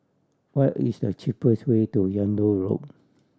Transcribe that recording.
what is the cheapest way to Yung Loh Road